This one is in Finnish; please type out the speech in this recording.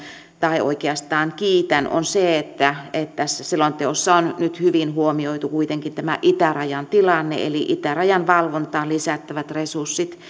tai oikeastaan kiitän on se että tässä selonteossa on nyt hyvin huomioitu kuitenkin tämä itärajan tilanne eli itärajan valvontaan lisättävät resurssit